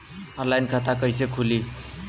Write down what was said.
Online खाता कइसे खुली?